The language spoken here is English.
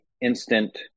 instant